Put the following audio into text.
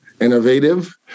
innovative